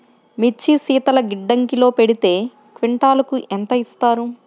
మిర్చి శీతల గిడ్డంగిలో పెడితే క్వింటాలుకు ఎంత ఇస్తారు?